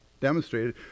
demonstrated